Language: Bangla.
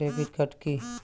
ডেবিট কার্ড কি?